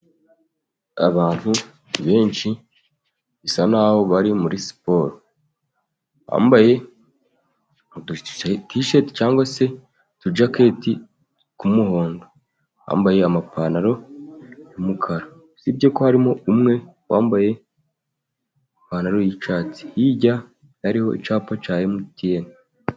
Abantu benshi bisa n'aho bari muri siporo, bambaye udu tisheti cyangwag se utujaketi tw'umuhondo, bambaye amapantaro y'umukara, usibye ko harimo umwe wambaye ipantaro y'icyatsi, hirya hariho icyapa cya MTN.